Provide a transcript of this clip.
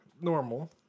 Normal